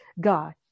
God